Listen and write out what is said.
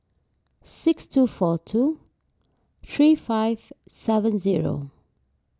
six two four two three five seven zero